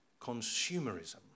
consumerism